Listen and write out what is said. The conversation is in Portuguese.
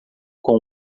com